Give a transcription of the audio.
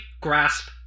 grasp